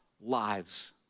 lives